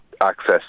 access